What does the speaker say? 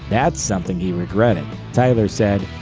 that's something he regretted. tyler said,